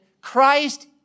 Christ